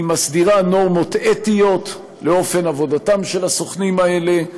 היא מסדירה נורמות אתיות לאופן עבודתם של הסוכנים האלה,